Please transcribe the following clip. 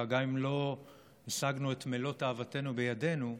גם אם לא יצאנו ומלוא תאוותנו בידינו,